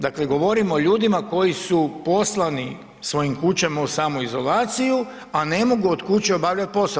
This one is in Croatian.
Dakle, govorim o ljudima koji su poslani svojim kućama u samoizolaciju a ne mogu od kuće obavljati posao.